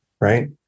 Right